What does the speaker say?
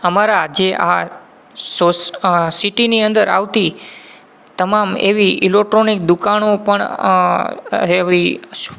અમારા જે આ સોસ સિટીની અંદર આવતી તમામ એવી ઇલૅક્ટ્રોનિક દુકાનો પણ હેવી